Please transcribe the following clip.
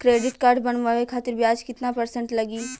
Credit card बनवाने खातिर ब्याज कितना परसेंट लगी?